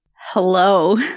Hello